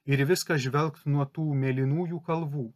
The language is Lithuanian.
ir į viską žvelgt nuo tų mėlynųjų kalvų